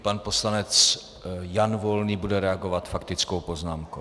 Pan poslanec Jan Volný bude reagovat faktickou poznámkou.